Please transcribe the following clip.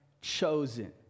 chosen